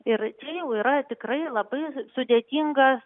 ir čia jau yra tikrai labai sudėtingas